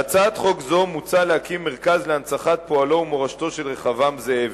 בהצעת חוק זו מוצע להקים מרכז להנצחת פועלו ומורשתו של רחבעם זאבי.